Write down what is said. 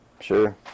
Sure